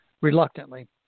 reluctantly